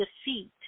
defeat